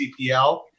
CPL